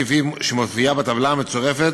כפי שהיא מופיעה בטבלה המצורפת,